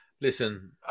listen